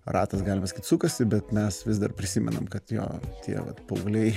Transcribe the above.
ratas galima sakyt sukasi bet mes vis dar prisimenam kad jo tie paaugliai